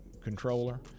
controller